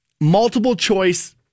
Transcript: multiple-choice